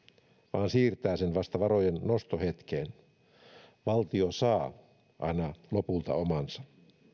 vaan siirtää sen vasta varojen nostohetkeen valtio saa aina lopulta omansa